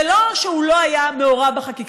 זה לא שהוא לא היה מעורב בחקיקה,